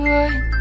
one